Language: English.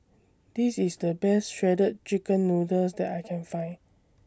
This IS The Best Shredded Chicken Noodles that I Can Find